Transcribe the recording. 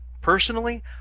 Personally